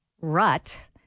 rut